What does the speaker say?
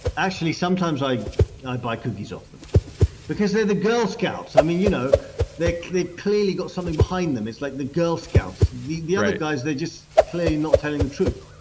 actually, sometimes i i buy cookies off them because they're the girl scouts you know they've they've clearly got something behind them. it's like the girl scouts. the the guys, they're just clearly not telling the truth.